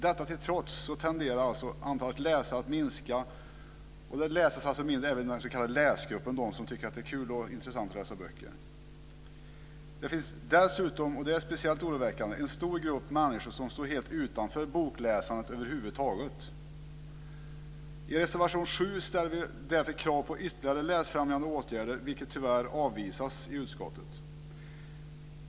Detta till trots tenderar antalet läsare att minska, och det läses alltså mindre även i den s.k. läsgruppen, de som tycker att det är kul och intressant att läsa böcker. Det finns dessutom, och det är speciellt oroväckande, en stor grupp människor som står helt utanför bokläsandet över huvud taget. I reservation 7 ställer vi därför krav på ytterligare läsfrämjande åtgärder, vilket tyvärr avvisas i utskottet.